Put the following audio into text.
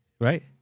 Right